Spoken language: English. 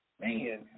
Man